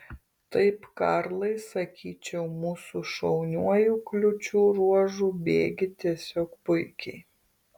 taip karlai sakyčiau mūsų šauniuoju kliūčių ruožu bėgi tiesiog puikiai